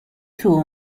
two